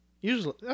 Usually